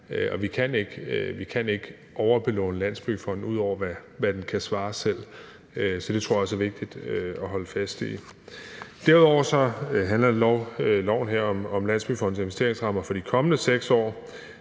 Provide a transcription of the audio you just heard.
vi ikke kan overbelåne Landsbyggefonden, ud over hvad den kan svare selv. Det tror jeg også er vigtigt at holde fast i. Derudover handler loven her om Landsbyggefondens investeringsrammer for de kommende 6 år.